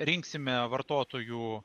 rinksime vartotojų